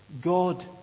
God